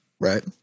Right